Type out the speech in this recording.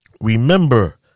remember